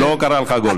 הוא לא קרא לך גולם.